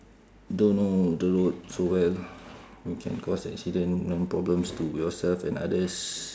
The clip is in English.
don't know the road so well you can cause accident then problems to yourself and others